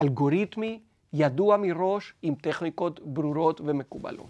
‫אלגוריתמי, ידוע מראש, ‫עם טכניקות ברורות ומקובלות.